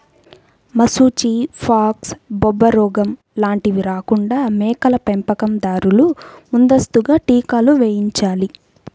మశూచి, ఫాక్స్, బొబ్బరోగం లాంటివి రాకుండా మేకల పెంపకం దారులు ముందస్తుగా టీకాలు వేయించాలి